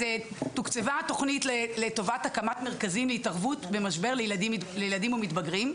אז תוקצבה תוכנית לטובת הקמת מרכזים להתערבות במשבר לילדים ומתבגרים.